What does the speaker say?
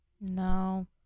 No